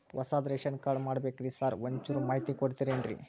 ಹೊಸದ್ ration card ಮಾಡ್ಬೇಕ್ರಿ sir ಒಂಚೂರ್ ಮಾಹಿತಿ ಕೊಡ್ತೇರೆನ್ರಿ?